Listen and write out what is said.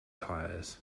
tires